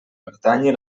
pertanyi